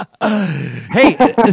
hey